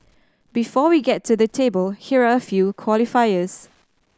before we get to the table here are a few qualifiers